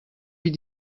wie